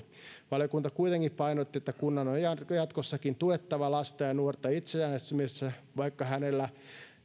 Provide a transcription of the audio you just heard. valiokunta kuitenkin painotti että kunnan on jatkossakin tuettava lasta ja nuorta itsenäistymisessä vaikka hänellä